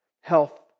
health